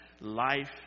life